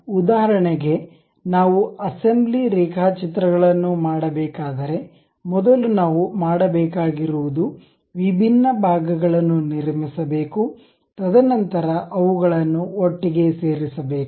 ಆದ್ದರಿಂದ ಉದಾಹರಣೆಗೆ ನಾವು ಅಸೆಂಬ್ಲಿ ರೇಖಾಚಿತ್ರಗಳನ್ನು ಮಾಡಬೇಕಾದರೆ ಮೊದಲು ನಾವು ಮಾಡಬೇಕಾಗಿರುವುದು ವಿಭಿನ್ನ ಭಾಗಗಳನ್ನು ನಿರ್ಮಿಸಬೇಕು ತದನಂತರ ಅವುಗಳನ್ನು ಒಟ್ಟಿಗೆ ಸೇರಿಸಬೇಕು